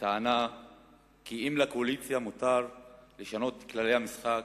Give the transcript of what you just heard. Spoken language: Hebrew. בטענה כי אם לקואליציה מותר לשנות את כללי המשחק,